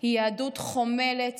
היא יהדות חומלת,